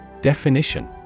Definition